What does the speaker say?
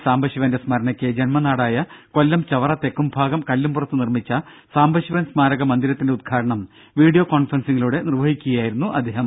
സാംബശിവന്റെ സ്മരണയ്ക്ക് ജന്മനാടായ കൊല്ലം ചവറ തെക്കുംഭാഗം കല്ലുംപുറത്ത് നിർമ്മിച്ച സാംബശിവൻ സ്മാരക മന്ദിരത്തിന്റെ ഉദ്ഘാടനം വീഡിയോ കോൺഫറൻസിങ്ങിലൂടെ നിർവഹിക്കുകയായിരുന്നു അദ്ദേഹം